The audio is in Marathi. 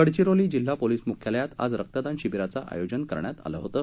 गडचिरोली जिल्हा पोलीस मुख्यालयात आज रक्तदान शिबिराचं आयोजन करण्यात आलं होतं